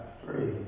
three